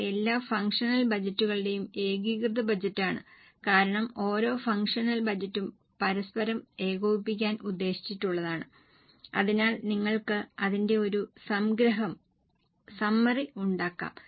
ഇത് എല്ലാ ഫംഗ്ഷണൽ ബജറ്റുകളുടെയും ഏകീകൃത ബജറ്റാണ് കാരണം ഓരോ ഫംഗ്ഷണൽ ബജറ്റും പരസ്പരം ഏകോപിപ്പിക്കാൻ ഉദ്ദേശിച്ചുള്ളതാണ് അതിനാൽ നിങ്ങൾക്ക് അതിന്റെ ഒരു സംഗ്രഹം ഉണ്ടാക്കാം